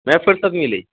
नहि फुर्सत मिलै छै